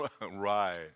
right